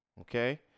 okay